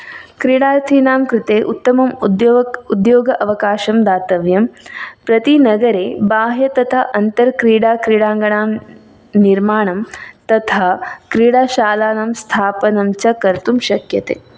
क्रीडार्थीनां कृते उत्तमम् उद्योग उद्योग अवकाशं दातव्यं प्रतिनगरे बाह्य तथा अन्तर्क्रीडा क्रीडाङ्गणां निर्माणं तथा क्रीडाशालानां स्थापनं च कर्तुं शक्यते